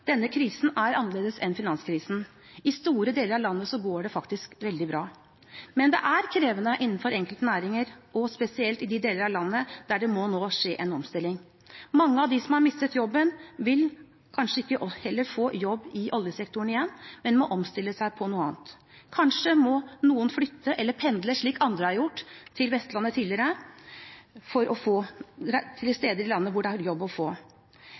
Denne krisen er annerledes enn finanskrisen. I store deler av landet går det faktisk veldig bra. Men det er krevende innenfor enkelte næringer og spesielt i de deler av landet der det nå må skje en omstilling. Mange av dem som har mistet jobben, vil kanskje heller ikke få jobb i oljesektoren igjen, men må omstille seg til noe annet. Kanskje må noen flytte eller pendle, slik andre har gjort til Vestlandet tidligere, til steder i landet hvor det er jobb å få.